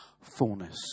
fullness